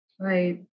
Right